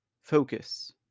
focus